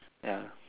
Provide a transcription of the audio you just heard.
ya